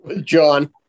John